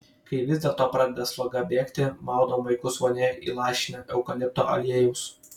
kai vis dėlto pradeda sloga bėgti maudom vaikus vonioje įlašinę eukalipto aliejaus